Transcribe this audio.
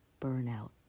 burnout